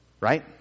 Right